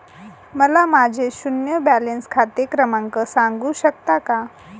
मला माझे शून्य बॅलन्स खाते क्रमांक सांगू शकता का?